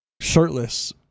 shirtless